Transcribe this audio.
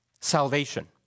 salvation